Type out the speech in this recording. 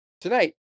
tonight